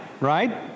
right